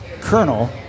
Colonel